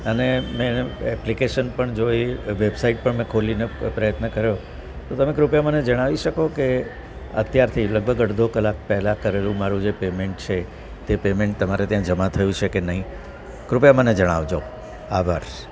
અને મેં એપ્લિકેશન પણ જોઈ વેબસાઈટ પણ મેં ખોલીને પ્રયત્ન કર્યો હતો તમે કૃપયા મને જણાવી શકો કે અત્યારથી લગભગ અડધો કલાક પહેલાં કરેલું મારું જે પેયમેન્ટ છે તે પેયમેન્ટ તમારે ત્યાં જમા થયું છે કે નહીં કૃપયા મને જણાવજો આભાર